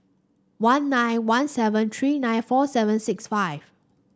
one nine one seven three nine four seven six five